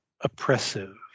oppressive